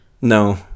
No